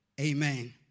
Amen